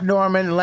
Norman